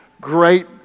great